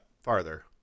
farther